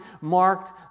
marked